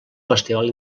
festival